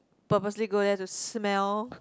purposely go there to smell